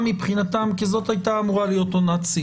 מבחינתם כי זאת הייתה אמורה להיות עונת שיא.